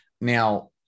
Now